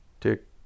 tick